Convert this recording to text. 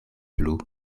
plu